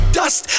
dust